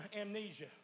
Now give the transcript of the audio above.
amnesia